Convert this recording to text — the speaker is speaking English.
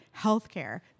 healthcare